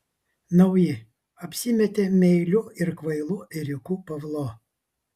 nauji apsimetė meiliu ir kvailu ėriuku pavlo